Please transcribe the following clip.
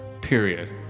Period